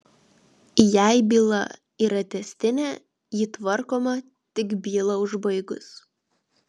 jei byla yra tęstinė ji tvarkoma tik bylą užbaigus